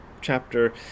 chapter